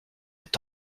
est